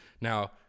Now